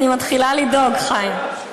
אני מתחילה לדאוג, חיים.